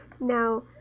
Now